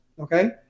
okay